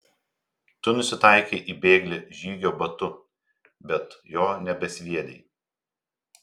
tu nusitaikei į bėglį žygio batu bet jo nebesviedei